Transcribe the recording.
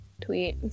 Tweet